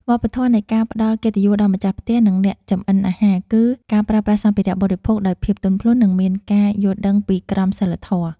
វប្បធម៌នៃការផ្តល់កិត្តិយសដល់ម្ចាស់ផ្ទះនិងអ្នកចម្អិនអាហារគឺការប្រើប្រាស់សម្ភារៈបរិភោគដោយភាពទន់ភ្លន់និងមានការយល់ដឹងពីក្រមសីលធម៌។